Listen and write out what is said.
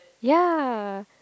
ya